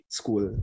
school